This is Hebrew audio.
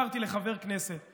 חברת הכנסת רוזין.